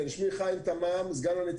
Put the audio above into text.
אני רק אוסיף שחסרה פה האות